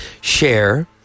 Share